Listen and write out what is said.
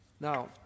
Now